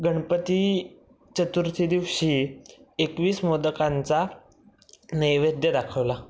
गणपती चतुर्थी दिवशी एकवीस मोदकांचा नैवेद्य दाखवला